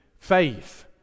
faith